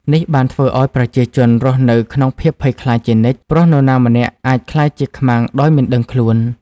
នេះបានធ្វើឱ្យប្រជាជនរស់នៅក្នុងភាពភ័យខ្លាចជានិច្ច ព្រោះនរណាម្នាក់អាចក្លាយជាខ្មាំងដោយមិនដឹងខ្លួន។